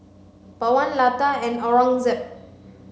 Pawan Lata and Aurangzeb